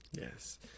Yes